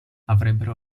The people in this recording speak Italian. avrebbero